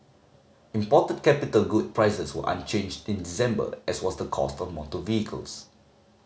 imported capital good prices were unchanged in December as was the cost of motor vehicles